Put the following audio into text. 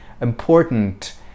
important